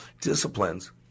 disciplines